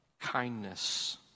kindness